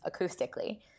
acoustically